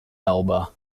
elba